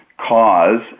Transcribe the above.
cause